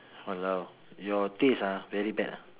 !walao! your taste ah very bad ah